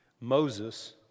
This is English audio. Moses